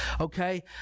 Okay